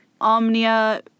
omnia